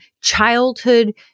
childhood